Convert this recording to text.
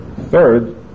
Third